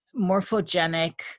morphogenic